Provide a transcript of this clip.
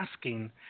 asking